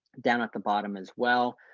down at the bottom as well.